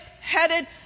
headed